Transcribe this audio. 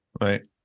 Right